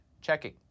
Checking